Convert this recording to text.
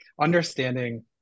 understanding